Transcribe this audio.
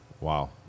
Wow